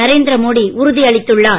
நரேந்திர மோடி உறுதி அளித்துள்ளார்